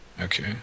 Okay